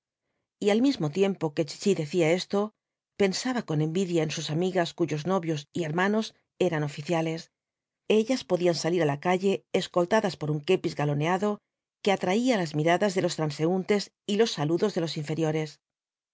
y al mismo tiempo que chichi decía esto pensaba con envidia en sus amigas cuyos novios y hermanos eran oficiales ellas podían salir á la calle escoltadas por un kepis galoneado que atraía las miradas de los transeúntes y los saludos de los inferiores